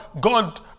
God